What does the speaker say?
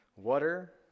water